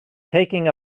taking